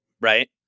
right